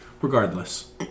regardless